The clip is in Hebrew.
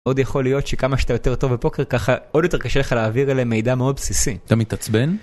מאוד יכול להיות שכמה שאתה יותר טוב בפוקר ככה עוד יותר קשה לך להעביר אליהם מידע מאוד בסיסי. אתה מתעצבן?